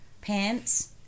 pants